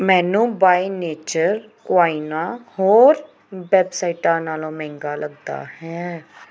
ਮੈਨੂੰ by nature quinoa ਹੋਰ ਵੈੱਬਸਾਈਟਾਂ ਨਾਲੋਂ ਮਹਿੰਗਾ ਲੱਗਦਾ ਹੈ